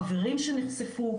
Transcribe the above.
חברים שנחשפו,